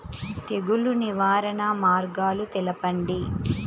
తెగులు నివారణ మార్గాలు తెలపండి?